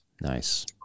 nice